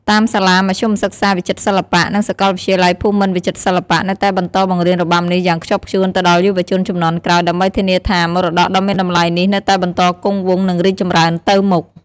តាមសាលាមធ្យមសិក្សាវិចិត្រសិល្បៈ និងសាកលវិទ្យាល័យភូមិន្ទវិចិត្រសិល្បៈ នៅតែបន្តបង្រៀនរបាំនេះយ៉ាងខ្ជាប់ខ្ជួនទៅដល់យុវជនជំនាន់ក្រោយ ដើម្បីធានាថា មរតកដ៏មានតម្លៃនេះនៅតែបន្តគង់វង្ស និងរីកចម្រើនទៅមុខ។